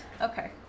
Okay